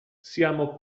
siamo